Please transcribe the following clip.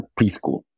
preschool